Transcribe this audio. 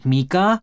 Mika